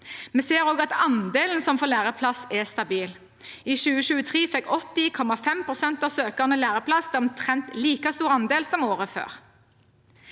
Vi ser også at andelen som får læreplass, er stabil. I 2023 fikk 80,5 pst. av søkerne læreplass. Det er omtrent en like stor andel som året før.